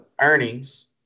earnings